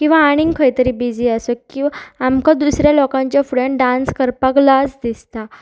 किंवां आनीक खंय तरी बिजी आसू किंव आमकां दुसऱ्या लोकांच्या फुडन डांस करपाक लज दिसता